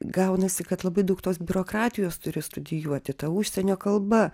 gaunasi kad labai daug tos biurokratijos turi studijuoti ta užsienio kalba